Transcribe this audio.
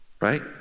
right